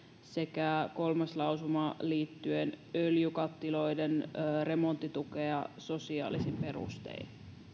sekä kolmatta lausumaa öljykattiloiden remonttituesta sosiaalisin perustein